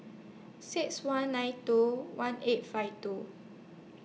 six one nine two one eight five two